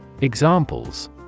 Examples